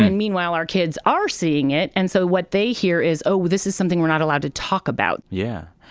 and meanwhile, our kids are seeing it. and so what they hear is, oh, this is something we're not allowed to talk about yeah.